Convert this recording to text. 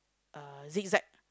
uh zig zag